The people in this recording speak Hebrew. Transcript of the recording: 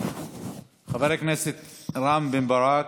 חבר הכנסת רם בן ברק,